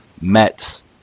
Mets